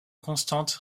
constante